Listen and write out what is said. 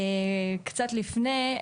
קצת לפני,